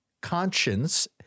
conscience